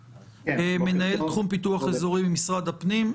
מנהל תחום פיתוח אזורי במשרד הפנים,